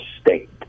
state